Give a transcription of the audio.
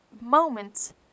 moments